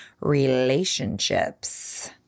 relationships